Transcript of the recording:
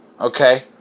Okay